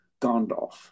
Gandalf